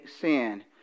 sin